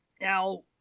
Now